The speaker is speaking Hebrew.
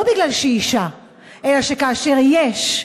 לא משום שהיא אישה, אלא שכאשר יש,